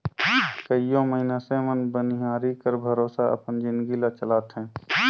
कइयो मइनसे मन बनिहारी कर भरोसा अपन जिनगी ल चलाथें